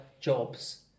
jobs